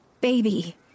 baby